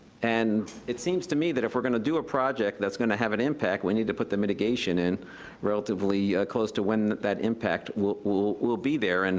and it seems to me that if we're gonna do a project that's gonna have an impact, we need to put the mitigation in relatively close to when that impact will will be there. and